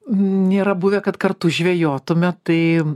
nėra buvę kad kartu žvejotume tai